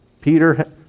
Peter